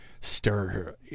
stir